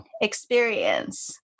experience